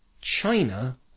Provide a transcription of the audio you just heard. china